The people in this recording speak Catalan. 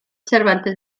cervantes